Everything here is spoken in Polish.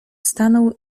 stanął